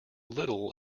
little